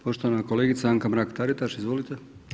Poštovana kolegica Anka Mrak-Taritaš, izvolite.